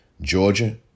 Georgia